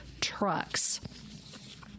trucks